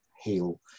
heal